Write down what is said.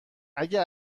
اگه